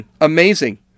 amazing